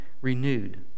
renewed